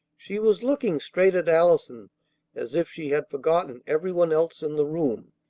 she was looking straight at allison as if she had forgotten everyone else in the room.